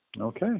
Okay